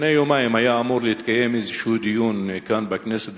לפני יומיים היה אמור להתקיים איזה דיון כאן בכנסת,